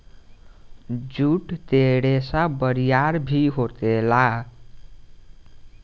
जुट के रेसा बरियार भी होखेला